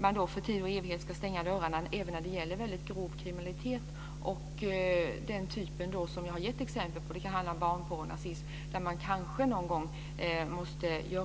med att för tid och evighet stänga dörren även när det gäller väldigt grov kriminalitet av det slag som jag har gett exempel på har det bärighet på bl.a. Centerpartiets yrkande. Det kan handla t.ex. om barnporr eller nazism.